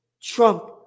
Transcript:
Trump